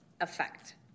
effect